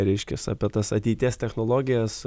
reiškias apie tas ateities technologijas